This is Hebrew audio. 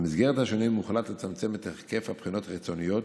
במסגרת השינויים הוחלט לצמצם את היקף הבחינות החיצוניות